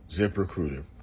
ZipRecruiter